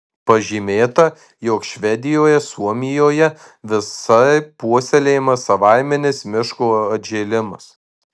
pažymėta jog švedijoje suomijoje visaip puoselėjamas savaiminis miško atžėlimas